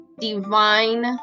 divine